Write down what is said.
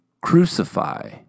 crucify